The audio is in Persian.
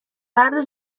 مرد